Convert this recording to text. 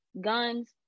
guns